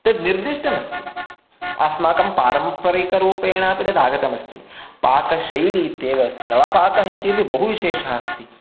तद् निर्दिष्टमस्ति अस्माकं पारम्परिकरूपेणापि तद् आगतमस्ति पाकशैली इत्येव अस्ति नळपाकः इत्यपि बहु विशेषः अस्ति